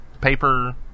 paper